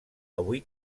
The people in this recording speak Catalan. avui